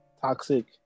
toxic